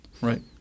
Right